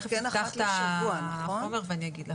אפתח את החומר ואני אגיד לך.